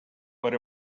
but